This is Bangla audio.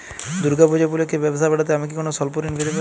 দূর্গা পূজা উপলক্ষে ব্যবসা বাড়াতে আমি কি কোনো স্বল্প ঋণ পেতে পারি?